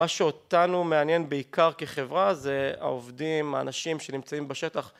מה שאותנו מעניין בעיקר כחברה זה העובדים, האנשים שנמצאים בשטח